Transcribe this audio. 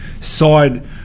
side